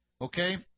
Okay